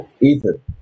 Ethan